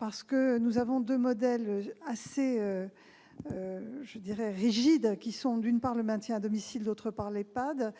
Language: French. En effet, nous avons deux modèles assez rigides- le maintien à domicile et l'EHPAD